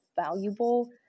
valuable